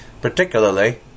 particularly